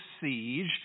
siege